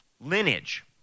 lineage